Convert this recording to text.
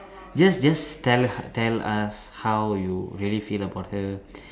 just just tell tell us how you really feel about her